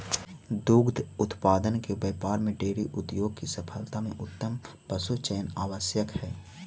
दुग्ध उत्पादन के व्यापार में डेयरी उद्योग की सफलता में उत्तम पशुचयन आवश्यक हई